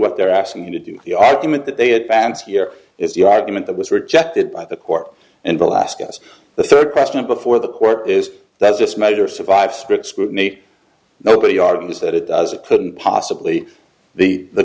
what they're asking me to do the argument that they advance here is the argument that was rejected by the court and alaska's the third question before the court is that just motor survives strict scrutiny nobody argues that it does it couldn't possibly the the